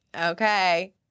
okay